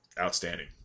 Outstanding